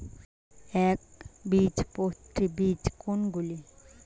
একবীজপত্রী বীজ কোন গুলি?